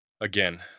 Again